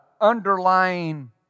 underlying